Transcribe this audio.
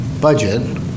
budget